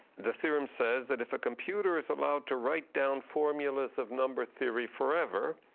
the theorem says that if a computer is allowed to write down formulas of number theory forever,